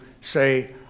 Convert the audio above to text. say